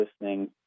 listening